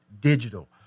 digital